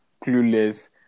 clueless